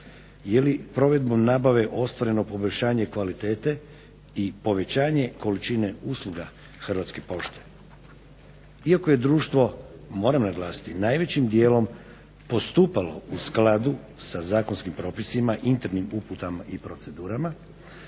Ili provedbu nabave ostvareno poboljšanje kvalitete i povećanje količine usluga Hrvatske pošte. Iako je društvo moram naglasiti, najvećim dijelom postupalo u skladu sa zakonskim propisima internim uputama i procedurama